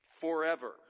Forever